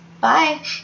bye